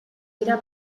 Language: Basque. dira